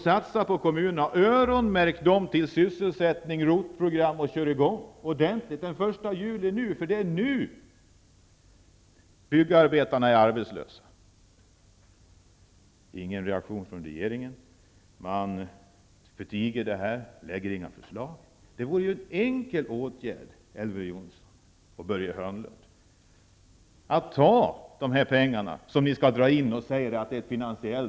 Satsa på kommunerna och öronmärk pengarna till sysselsättning och ROT-program! Kör i gång ordentligt den 1 juli! Det är nu byggarbetarna är arbetslösa. Det kommer ingen reaktion från regeringen. Man förtiger detta och lägger inte fram några förslag. Det vore ju en enkel åtgärd, Elver Jonsson och Börje Hörnlund, att ta de pengar som ni skall dra in och satsa dem på sysselsättning.